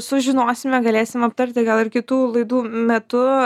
sužinosime galėsim aptarti gal ir kitų laidų metu